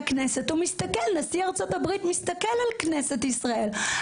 נשיא ארה"ב מסתכל על כנסת ישראל,